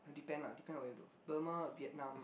depend ah depend on where you go Burma Vietnam